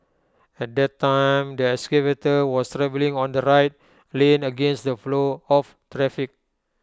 at that time the excavator was travelling on the right lane against the flow of traffic